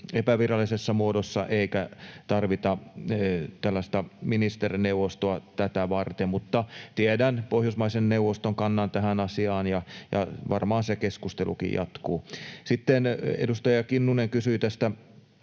epävirallisessa muodossa eikä tarvita ministerineuvostoa tätä varten. Mutta tiedän Pohjoismaiden neuvoston kannan tähän asiaan, ja varmaan se keskustelu jatkuu. Sitten edustaja Kinnunen kysyi,